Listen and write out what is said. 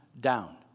down